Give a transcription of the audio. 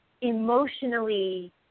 emotionally